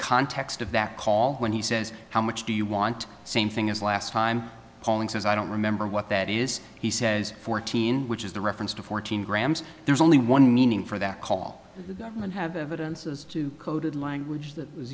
context of that call when he says how much do you want the same thing as last time polling says i don't remember what that is he says fourteen which is the reference to fourteen grams there's only one meaning for that call and have evidences to coded language that was